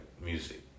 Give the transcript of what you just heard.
music